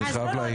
ואני חייב להעיר.